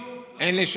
אמרתי: